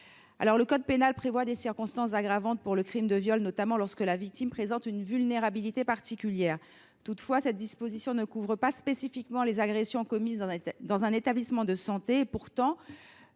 d’ores et déjà des circonstances aggravantes pour le crime de viol, notamment lorsque la victime présente une vulnérabilité particulière. Toutefois, cette disposition ne couvre pas spécifiquement les agressions commises dans un établissement de santé. Pourtant,